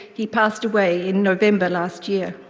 he passed away in november last year.